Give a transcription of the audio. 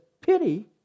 pity